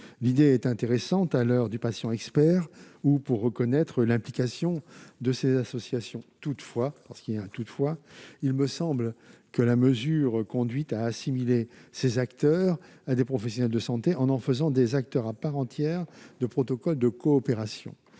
L'idée est intéressante à l'heure du patient expert, ou pour reconnaître l'implication de ces associations. Toutefois, parce qu'il y a un « toutefois », il me semble que la mesure proposée conduit à assimiler ces acteurs à des professionnels de santé en en faisant des acteurs à part entière de protocoles de coopération.